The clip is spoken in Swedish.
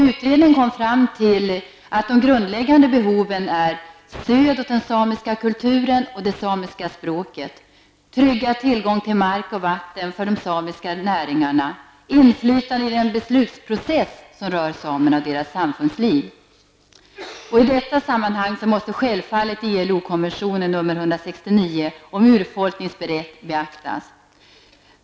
Utredningen kom fram till att de grundläggande behoven är stöd åt den samiska kulturen och det samiska språket, tryggad tillgång till mark och vatten för de samiska näringarna samt inflytande i den beslutsprocess som rör samerna och deras samfundsliv. I detta sammanhang måste självfallet ILO-konventionen 169 om urbefolkningars rätt beaktas.